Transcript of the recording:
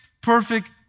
perfect